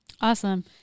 Awesome